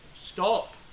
Stop